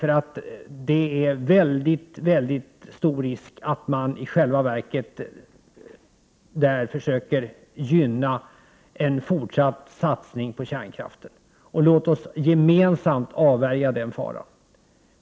Risken är nämligen väldigt stor att man försöker gynna en fortsatt satsning på kärnkraften. Låt oss i stället gemensamt avvärja den faran!